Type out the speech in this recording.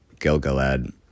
Gilgalad